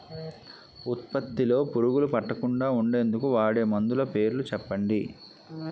ఉత్పత్తి లొ పురుగులు పట్టకుండా ఉండేందుకు వాడే మందులు పేర్లు చెప్పండీ?